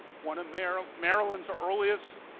one marilyn's marilyn's earliest